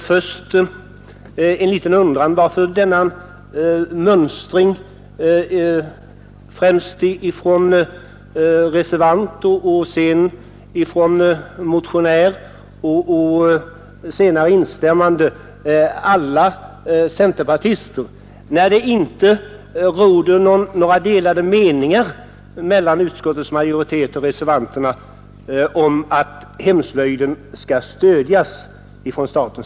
Först en liten undran: Varför denna mönstring — från reservantoch motionärshåll och senare genom instämmanden av flera ledamöter, alla centerpartister — när det inte råder några delade meningar mellan utskottets majoritet och reservanterna om att hemslöjden skall stödjas av staten?